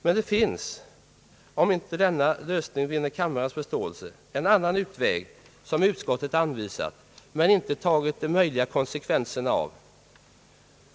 Men det finns, om denna lösning inte vinner kammarens förståelse, en annan utväg, som utskottet anvisat men inte tagit de möjliga konsekvenserna av.